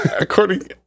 According